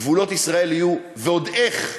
גבולות ישראל יהיו ועוד איך בני-הגנה,